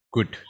Good